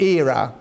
era